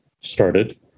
started